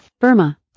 Burma